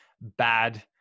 bad